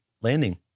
landing